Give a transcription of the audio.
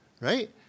right